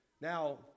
Now